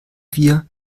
wir